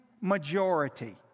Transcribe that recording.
majority